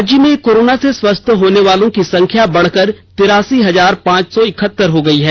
राज्य में कोरोना से स्वस्थ होने वालों की संख्या बढ़कर तिरासी हजार पांच सौ इकहतर हो गई है